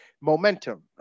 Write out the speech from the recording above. momentum